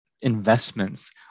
investments